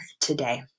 today